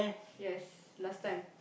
yes last time